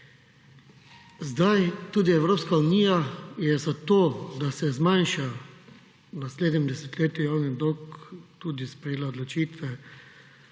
Sedaj tudi EU je za to, da se zmanjša v naslednjem desetletju javni dolg tudi sprejela odločitve